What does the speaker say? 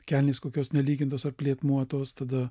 kelnės kokios nelygintos ar plėmuotos tada